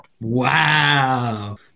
wow